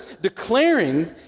declaring